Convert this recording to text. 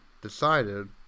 decided